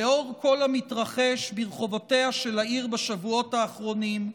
לנוכח כל המתרחש ברחובותיה של העיר בשבועות האחרונים,